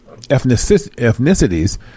ethnicities